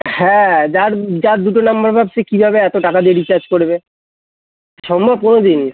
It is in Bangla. হ্যাঁ যার যার দুটো নম্বর ভাব সে কীভাবে এত টাকা দিয়ে রিচার্জ করবে সম্ভব কোনো দিন